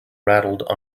rattled